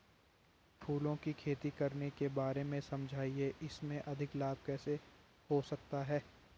फूलों की खेती करने के बारे में समझाइये इसमें अधिक लाभ कैसे हो सकता है?